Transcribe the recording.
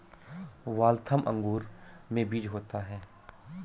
Waltham अंगूर में बीज होता है